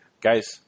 guys